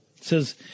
says